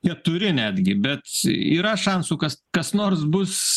keturi netgi bet yra šansų kas kas nors bus